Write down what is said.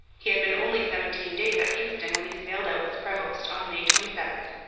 he had been only seventeen days at kingston when he sailed out with prevost, on may twenty seven,